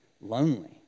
lonely